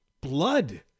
Blood